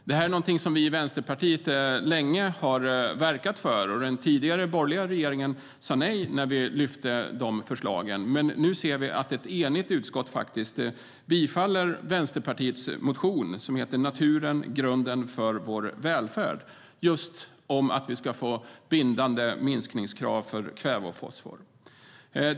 Detta är någonting som vi i Vänsterpartiet länge har verkat för. Den tidigare borgerliga regeringen sa nej när vi lyfte fram de förslagen. Men nu ser vi att ett enigt utskott faktiskt bifaller Vänsterpartiets motion som har rubriken Naturen - grunden för vår välfärd . Den handlar just om att vi ska få bindande minskningskrav för kväve och fosfor.